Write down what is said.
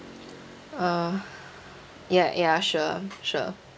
uh ya ya sure sure